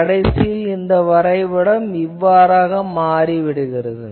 கடைசியில் இந்த வரைபடம் இவ்வாறாக இருக்கும்